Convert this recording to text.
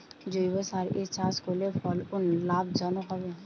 জৈবসারে চাষ করলে ফলন লাভজনক হবে?